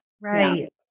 right